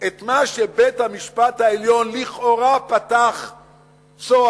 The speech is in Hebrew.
את מה שבית-המשפט העליון לכאורה פתח כצוהר,